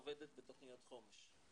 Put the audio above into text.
מערכת ההשכלה הגבוהה עובדת בתוכניות חומש,